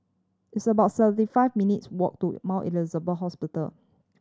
it's about thirty five minutes' walk to Mount Elizabeth Hospital